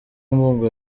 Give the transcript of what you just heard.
mbungo